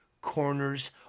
corners